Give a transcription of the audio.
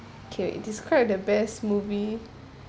okay describe the best movie